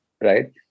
right